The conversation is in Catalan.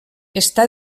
està